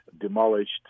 demolished